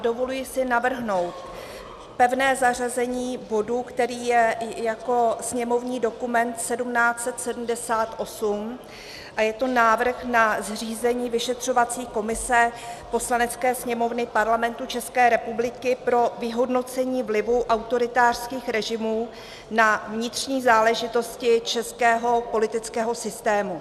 Dovoluji si navrhnout pevné zařazení bodu, který je jako sněmovní dokument 1778, a je to návrh na zřízení vyšetřovací komise Poslanecké sněmovny Parlamentu České republiky pro vyhodnocení vlivu autoritářských režimů na vnitřní záležitosti českého politického systému.